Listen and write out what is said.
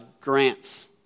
grants